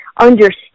understand